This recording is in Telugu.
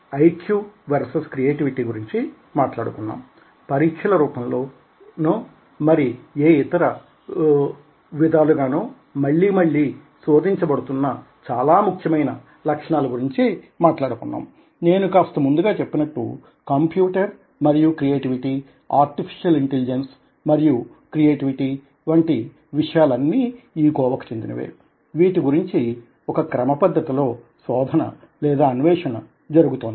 ఐక్యూ వర్సెస్ క్రియేటివిటీ గురించి మాట్లాడుకున్నాం పరీక్షల రూపంలోనో మరి ఏ ఇతర విధాలుగానో మళ్ళీ మళ్ళీ శోధించబడుతున్న చాలా ముఖ్యమైన లక్షణాలగురించి మాట్లాడుకున్నాం నేను కాస్త ముందుగా చెప్పినట్ట్లు కంప్యూటర్ మరియు క్రియేటివిటీ ఆర్టిఫిషియల్ ఇంటెలిజెన్స్ మరియు క్రియేటివిటీ వంటి విషయాలన్నీ ఈ కోవకి చెందినవే వీటిగురించి ఒక క్రమపద్దతిలో శోధన లేదా అన్వేషణ జరుగుతోంది